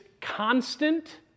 constant